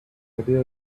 idea